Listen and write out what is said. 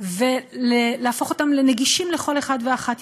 ולהפוך אותם לנגישים לכל אחד ואחת.